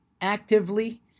actively